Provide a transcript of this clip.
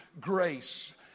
grace